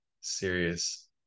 serious